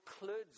includes